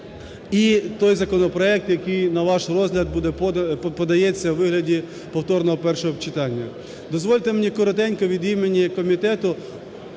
і той законопроект, який на ваш розгляд подається у вигляді повторного першого читання. Дозвольте мені коротенько від імені комітету